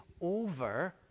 over